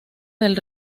del